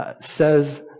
says